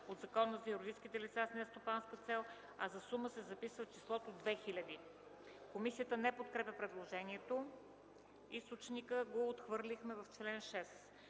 от Закона за юридическите лица с нестопанска цел”, а за сума се записва числото „2000.0”. Комисията не подкрепя предложението. Източникът го отхвърлихме в чл. 6.